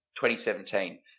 2017